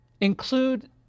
include